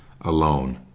alone